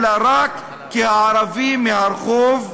אלא רק כ"ערבי מהרחוב",